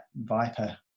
Viper